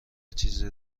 چیزی